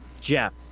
Jeff